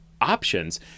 options